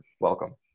Welcome